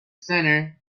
center